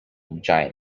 giant